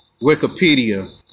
Wikipedia